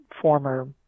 former